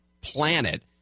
planet